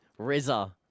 Rizza